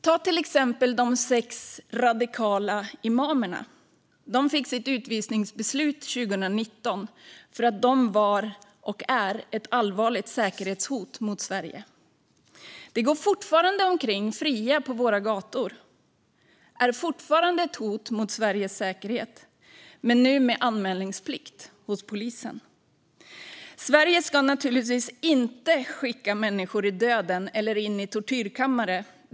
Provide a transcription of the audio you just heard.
Ett exempel är de sex radikala imamerna som fick sina utvisningsbeslut 2019 för att de var och är ett allvarligt säkerhetshot mot Sverige. De går fortfarande fria på våra gator och är fortfarande hot mot rikets säkerhet men nu med anmälningsplikt hos polisen. Sverige ska naturligtvis inte skicka människor i döden eller in i tortyrkammare.